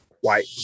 White